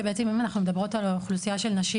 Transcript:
שבעצם אם אנחנו מדברות על האוכלוסייה של נשים